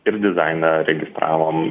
ir dizainą registravom